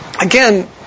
again